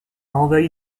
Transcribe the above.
envahi